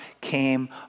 came